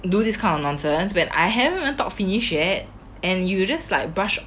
do this kind of nonsense when I haven't even talk finish yet and you just like brush